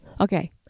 Okay